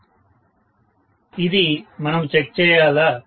student ఇది మనము check చేయాలా